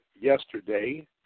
yesterday